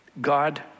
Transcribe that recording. God